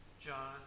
John